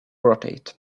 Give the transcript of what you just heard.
rotate